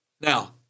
Now